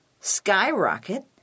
skyrocket